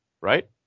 right